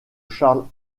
charles